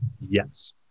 Yes